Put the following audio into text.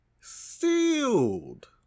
sealed